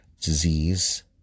Disease